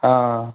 অঁ